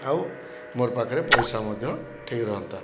ଆଉ ମୋର୍ ପାଖରେ ପଇସା ମଧ୍ୟ ଠିକ୍ ରହନ୍ତା